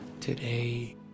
today